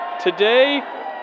Today